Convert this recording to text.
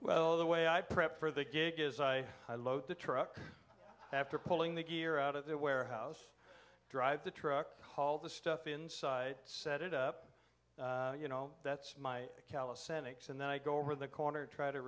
well the way i prep for the gig is i load the truck after pulling the gear out of their warehouse drive the truck haul the stuff inside set it up you know that's my calisthenics and then i go over the corner try to